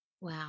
Wow